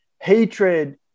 hatred